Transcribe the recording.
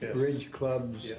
bridge clubs.